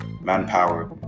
manpower